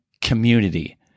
community